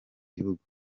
gihugu